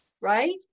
right